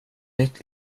nytt